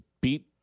beat